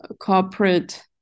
corporate